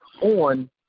on